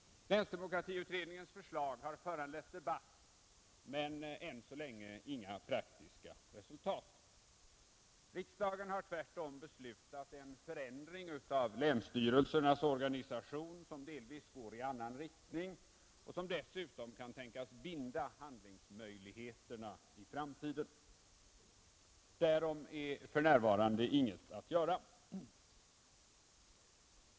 Länsdemokratiutredningens förslag har föranlett debatt men än så länge icke avsatt några praktiska resultat. Riksdagen har tvärtom beslutat en förändring av länsstyrelsernas organisation som delvis går i annan riktning och som dessutom kan tänkas binda handlingsmöjligheterna i framtiden. Mot det är för närvarande inget att göra.